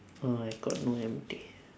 uh I got no empty